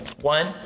One